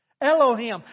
Elohim